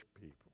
people